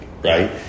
right